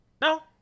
No